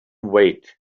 wait